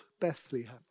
Bethlehem